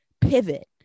pivot